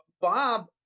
Bob